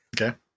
Okay